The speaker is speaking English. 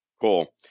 Cool